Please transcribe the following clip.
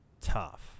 tough